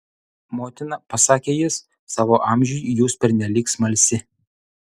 motina pasakė jis savo amžiui jūs pernelyg smalsi